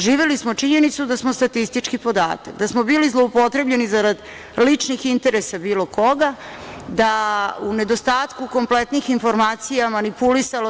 Živeli smo činjenicu da smo statistički podatak, da smo bili zloupotrebljeni zarad ličnih interesa bilo koga, da se u nedostatku kompletnih informacija manipulisalo.